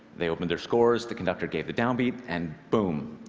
they opened their scores, the conductor gave the downbeat, and boom,